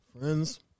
Friends